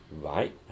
Right